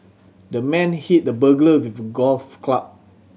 the man hit the burglar with a golf club